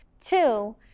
Two